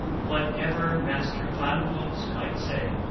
whatever master pangloss might say,